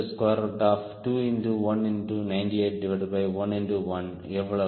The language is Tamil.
V219811 எவ்வளவு